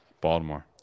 Baltimore